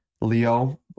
Leo